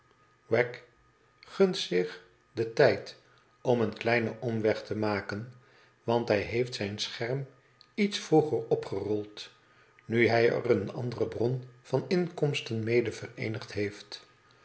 gunt zich den tijd om een kleinen omweg te maken want hij heeft zijn scherm iets vroeger opgerold nu hij er eene andere bron van inkomsten mede vereenigd heeft